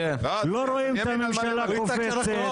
לא רואים את הממשלה קופצת,